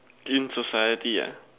in society ah